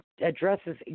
addresses